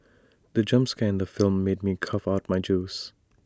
the jump scare in the film made me cough out my juice